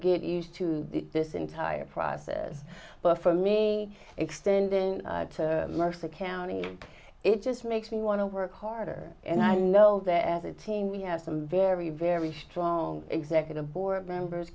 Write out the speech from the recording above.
get used to this entire process but for me extending to mercer county it just makes me want to work harder and i know they're as a team we have some very very strong executive board members